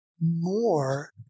more